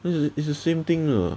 it's the it's the same thing ah